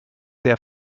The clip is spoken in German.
der